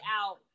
out